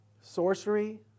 sorcery